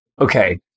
Okay